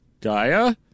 Gaia